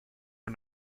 are